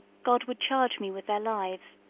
god would charge me with their lives,